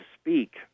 speak